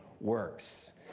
works